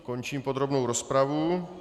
Končím podrobnou rozpravu.